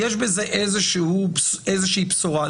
יש בזה איזושהי בשורה.